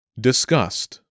Disgust